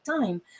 time